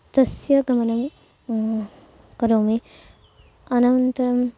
तस्य गमनं करोमि अनन्तरम्